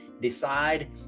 decide